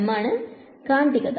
വിദ്യാർത്ഥി കാന്തിക